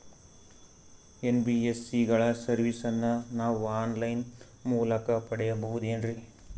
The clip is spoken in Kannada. ಎನ್.ಬಿ.ಎಸ್.ಸಿ ಗಳ ಸರ್ವಿಸನ್ನ ನಾವು ಆನ್ ಲೈನ್ ಮೂಲಕ ಪಡೆಯಬಹುದೇನ್ರಿ?